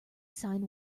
sign